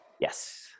Yes